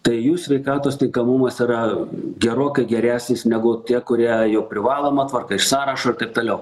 tai jų sveikatos tinkamumas yra gerokai geresnis negu tie kurie jau privaloma tvarka iš sąrašo ir taip toliau